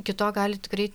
iki to gali tikrai